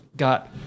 got